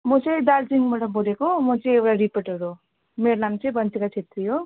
म चाहिँ दार्जिलिङबाट बोलेको म चाहिँ एउटा रिपोर्टर हो मेरो नाम चाहिँ बनसिका छेत्री हो